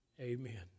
Amen